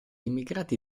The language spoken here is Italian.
immigrati